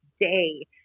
day